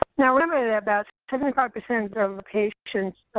ah now remember that about seventy five percent of patients